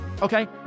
Okay